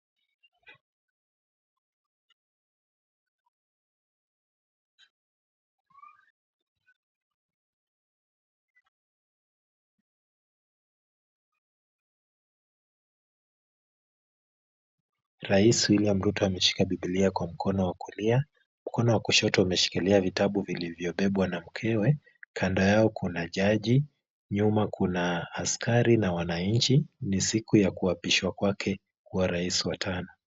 Rais William Rutto ameshika Biblia kwa mkono wa kulia, mkono wa kushoto imeshikilia vitabu vilivyobebwa na mkewe. Kando yao kuna jaji, nyuma kuna askari na wananchi. Ni siku ya kuapishwa kwake kubwa rais wa tano.